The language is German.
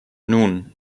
nun